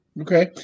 okay